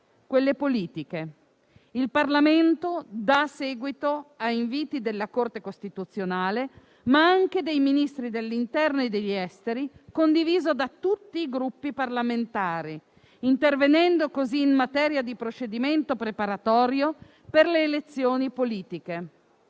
quelle politiche. Il Parlamento dà seguito a inviti della Corte costituzionale, ma anche dei Ministri dell'interno e degli esteri, condivisi da tutti i Gruppi parlamentari, intervenendo così in materia di procedimento preparatorio per le elezioni politiche.